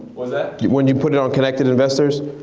what's that? when you put it on connector investors?